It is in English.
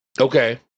Okay